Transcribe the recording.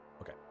Okay